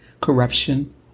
corruption